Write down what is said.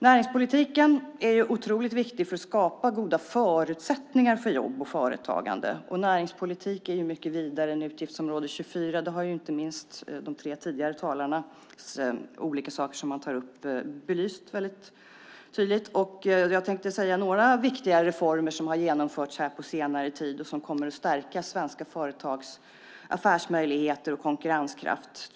Näringspolitiken är otroligt viktig för att skapa goda förutsättningar för jobb och företagande. Och näringspolitik är ju mycket vidare än utgiftsområde 24. Det har inte minst de tre tidigare talarna belyst tydligt. Jag ska nämna några viktiga reformer som har genomförts på senare tid och som kommer att stärka svenska företags affärsmöjligheter och konkurrenskraft.